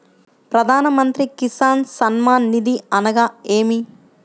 ప్రధాన మంత్రి కిసాన్ సన్మాన్ నిధి అనగా ఏమి?